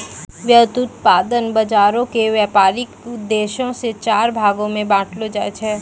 व्युत्पादन बजारो के व्यपारिक उद्देश्यो से चार भागो मे बांटलो जाय छै